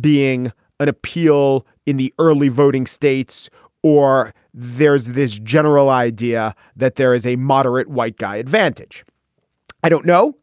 being an appeal in the early voting states or there's this general idea that there is a moderate white guy advantage i don't know.